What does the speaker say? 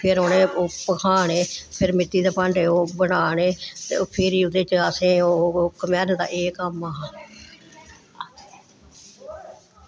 फिर उ'नें ओह् भखाने फिर मित्ती दे भांडे ओह् बनाने ते फिर ओह्दे च असें ओह् घमेहार दा एह् कम्म हा